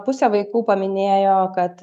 pusę vaikų paminėjo kad